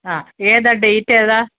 ആ ഏതാണ് ഡേറ്റേതാണ്